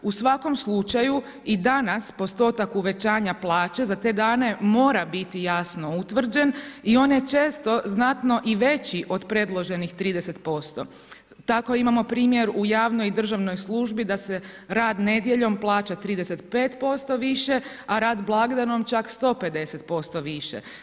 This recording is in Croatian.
U svakom slučaju i danas postotak uvećanja plaće za te dane mora biti jasno utvrđen i on je često znatno i veći od predloženih 30%. tako imamo primjer u javnoj i državnoj službi da se rad nedjeljom plaća 35% više, a rad blagdanom čak 150% više.